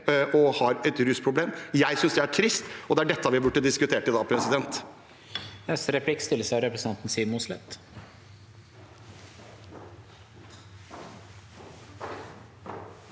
og har et rusproblem. Jeg synes det er trist, og det er dette vi burde diskutert i dag. Siv